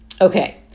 Okay